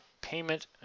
payment